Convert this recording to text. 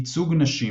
ייצוג נשים